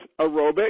aerobic